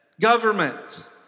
Government